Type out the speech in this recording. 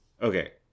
Okay